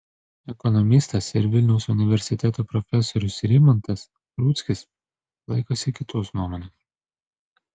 ekonomistas ir vilniaus universiteto profesorius rimantas rudzkis laikosi kitos nuomonės